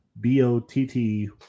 B-O-T-T